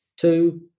Two